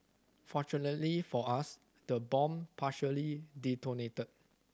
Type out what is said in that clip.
fortunately for us the bomb partially detonated